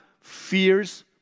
fears